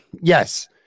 Yes